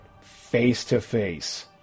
face-to-face